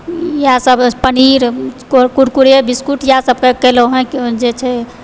इएहसभ पनीर कुरकुरे बिस्कुट इएहसभ केलहुँ हँ जे छै